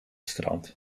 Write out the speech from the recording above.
strand